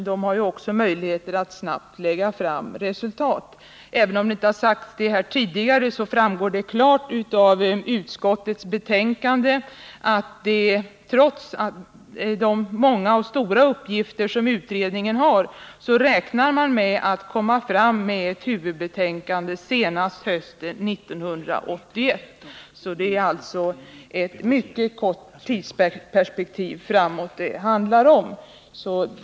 Utredningen har också möjligheter att snabbt lägga fram förslag. Även om det inte sagts här tidigare framgår det klart av utskottets betänkande att trots de många och stora uppgifter som utredningen har, så räknar man med att avlämna ett huvudbetänkande senast hösten 1981. Det är alltså ett mycket kort tidsperspektiv framåt som det handlar om.